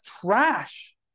trash